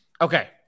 Okay